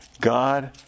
God